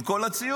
עם כל הציוד.